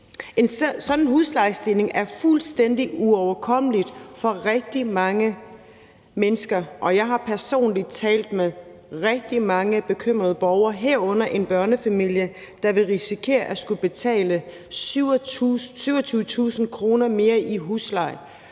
huslejestigning er fuldstændig uoverkommelig for rigtig mange mennesker, og jeg har personligt talt med rigtig mange bekymrede borgere, herunder en børnefamilie, der ville risikere at skulle betale 27.000 kr. mere i husleje